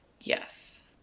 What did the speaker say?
Yes